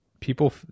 people